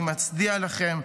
אני מצדיע לכם.